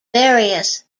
various